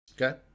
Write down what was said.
Okay